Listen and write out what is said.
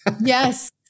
Yes